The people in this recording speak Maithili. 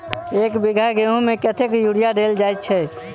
एक बीघा गेंहूँ मे कतेक यूरिया देल जाय छै?